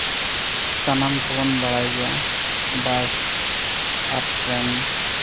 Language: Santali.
ᱥᱟᱱᱟᱢ ᱠᱚᱵᱚᱱ ᱵᱟᱲᱟᱭ ᱜᱮᱭᱟ ᱵᱟᱥ ᱟᱨ ᱴᱨᱮᱹᱱ